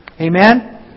Amen